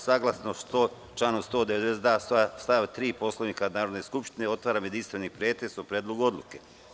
Saglasno članu 192. stav 3. Poslovnika Narodne skupštine, otvaram jedinstveni pretres o Predlogu odluke.